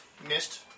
missed